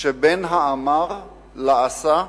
שבין ה"אמר" ל"עשה"